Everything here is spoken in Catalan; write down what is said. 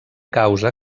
causa